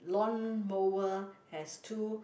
lawn mower has two